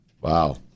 Wow